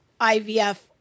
IVF